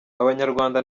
abanyarwanda